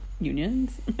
unions